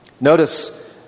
Notice